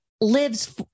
lives